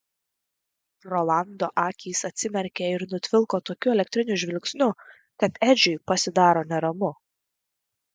rolando akys atsimerkia ir nutvilko tokiu elektriniu žvilgsniu kad edžiui pasidaro neramu